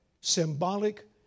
symbolic